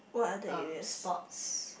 um sports